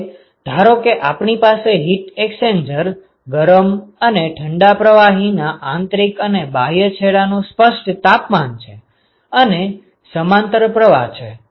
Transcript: હવે ધારો કે આપણી પાસે હીટ એક્સ્ચેન્જર ગરમ અને ઠંડા પ્રવાહીના આંતરિક અને બાહ્ય છેડાનું સ્પષ્ટ તાપમાન છે અને સમાંતર પ્રવાહ છે